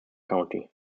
county